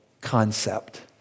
concept